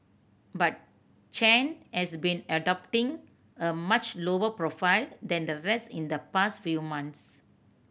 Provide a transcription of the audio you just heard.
but Chen has been adopting a much lower profile than the rest in the past few months